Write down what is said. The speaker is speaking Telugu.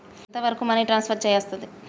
ఎంత వరకు మనీ ట్రాన్స్ఫర్ చేయస్తది?